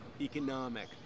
economic